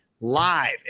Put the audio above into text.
live